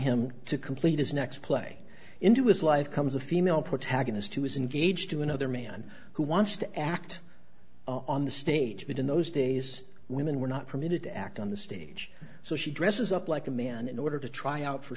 him to complete his next play into his life comes the female protagonist who is engaged to another man who wants to act on the stage but in those days women were not permitted to act on the stage so she dresses up like a man in order to try out for